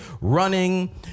running